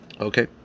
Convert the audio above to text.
Okay